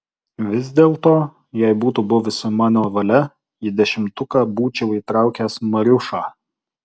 vis dėlto jei būtų buvusi mano valia į dešimtuką būčiau įtraukęs mariušą